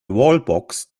wallbox